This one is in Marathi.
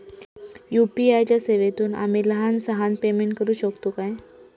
यू.पी.आय च्या सेवेतून आम्ही लहान सहान पेमेंट करू शकतू काय?